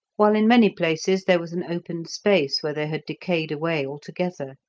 while in many places there was an open space where they had decayed away altogether.